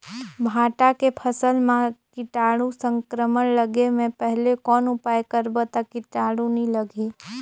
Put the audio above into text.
भांटा के फसल मां कीटाणु संक्रमण लगे से पहले कौन उपाय करबो ता कीटाणु नी लगही?